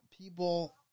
people